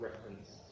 Reference